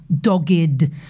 dogged